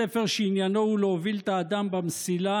הספר שעניינו הוא להוביל את האדם במסילה